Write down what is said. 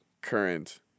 current